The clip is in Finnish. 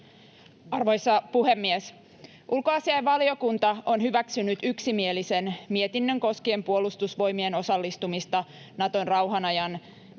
Arvoisa puhemies! Ulkoasiainvaliokunta on hyväksynyt yksimielisen mietinnön koskien Puolustusvoimien osallistumista Naton rauhanajan yhteisen